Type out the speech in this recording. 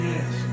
Yes